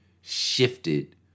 shifted